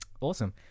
awesome